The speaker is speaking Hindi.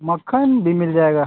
मक्खन भी मिल जाएगा